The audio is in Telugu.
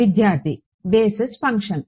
విద్యార్థి బేసిస్ ఫంక్షన్